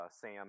Sam